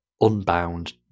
unbound